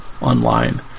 online